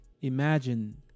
imagine